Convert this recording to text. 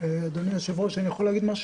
אדוני היושב-ראש, אני יכול להגיד משהו?